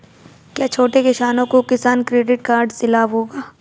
क्या छोटे किसानों को किसान क्रेडिट कार्ड से लाभ होगा?